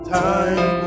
time